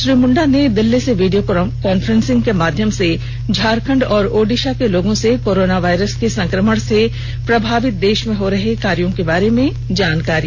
श्री मुंडा ने दिल्ली से video conferencing के माध्यम से झारखंड एवं ओडिशा के लोगों से कोरोना वायरस के संक्रमण से प्रभावित देश में हो रहे कार्यो के बारे में जानकारी ली